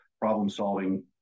problem-solving